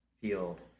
field